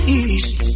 east